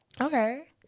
Okay